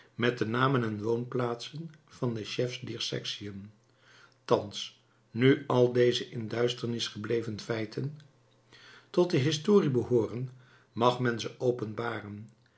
met de namen en woonplaatsen van de chefs dier sectiën thans nu al deze in de duisternis gebleven feiten tot de historie behooren mag men ze